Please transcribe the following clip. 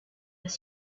was